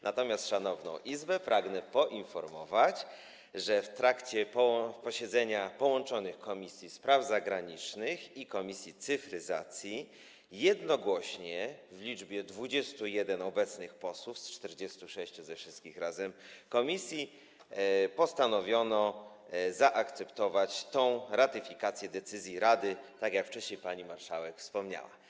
Natomiast Szanowną Izbę pragnę poinformować, że w trakcie posiedzenia połączonych komisji: Komisji Spraw Zagranicznych i komisji cyfryzacji, jednogłośnie - w liczbie 21 obecnych posłów z 46 posłów komisji - postanowiono zaakceptować tę ratyfikację decyzji Rady, tak jak wcześniej pani marszałek wspomniała.